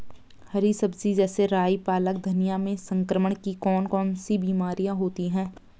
हरी सब्जी जैसे राई पालक धनिया में संक्रमण की कौन कौन सी बीमारियां होती हैं?